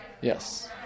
Yes